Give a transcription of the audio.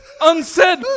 unsaid